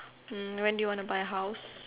um when do you want to buy a house